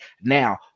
Now